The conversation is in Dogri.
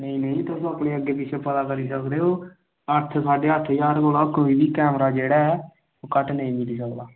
नेईं नेईं तुस अपने अग्गें पिच्छें पता करी सकदे ओ अट्ठ साढ़े अट्ठ ज्हार तगर कोई बी कैमरा ऐ घट्ट नेईं होई सकदा